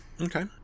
Okay